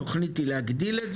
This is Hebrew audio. והתכנית היא להגדיל את זה?